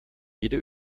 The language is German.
jede